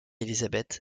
elizabeth